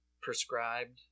prescribed